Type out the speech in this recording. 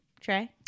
trey